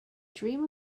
dream